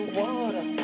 water